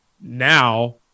now